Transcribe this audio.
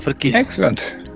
Excellent